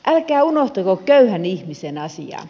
älkää unohtako köyhän ihmisen asiaa